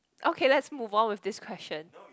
okay let's move on with this question